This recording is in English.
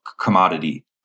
commodity